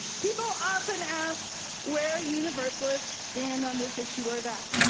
people often ask where universalists stabbed on this issue or that,